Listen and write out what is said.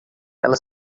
ela